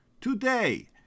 Today